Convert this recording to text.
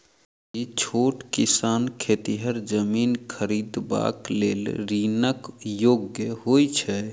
की छोट किसान खेतिहर जमीन खरिदबाक लेल ऋणक योग्य होइ छै?